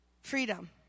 freedom